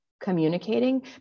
communicating